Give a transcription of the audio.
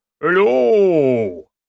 hello